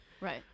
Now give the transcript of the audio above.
right